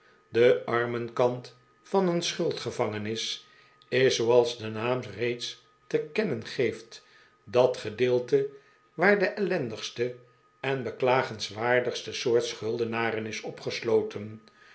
de armenkant van een schuldgevangenis is zooals de naam reeds te kennen geeft dat gedeelte waar de ellendigste en beklagenswaardigste soort schuldenaren is opgesloten